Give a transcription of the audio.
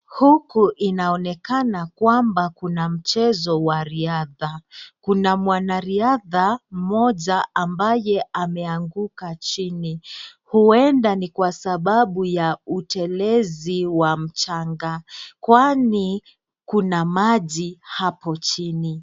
Huku inaonekana kwamba kuna mchezo wa riadha kuna mwanariadha mmoja ambaye ameanguka chini huenda ni kwa sababu ya utelezi wa mchanga kwani kuna maji hapo chini.